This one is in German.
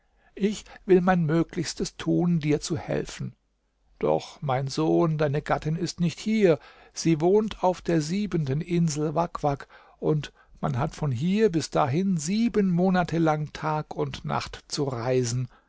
ich will mein möglichstes tun dir zu helfen doch mein sohn deine gattin ist nicht hier sie wohnt auf der siebenten insel wak wak und man hat von hier bis dahin sieben monate lang tag und nacht zu reisen